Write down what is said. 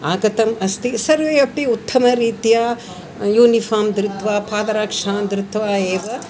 आगतम् अस्ति सर्वे अपि उत्तमरीत्या यूनिफ़ाम् धृत्वा पादरक्षान् धृत्वा एव